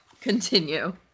continue